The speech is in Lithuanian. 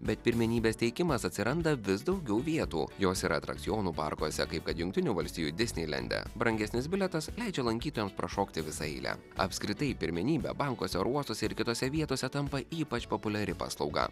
bet pirmenybės teikimas atsiranda vis daugiau vietų jos ir atrakcionų parkuose kaip kad jungtinių valstijų disneilende brangesnis bilietas leidžia lankytojams prašokti visą eilę apskritai pirmenybė bankuose oro uostuose ir kitose vietose tampa ypač populiari paslauga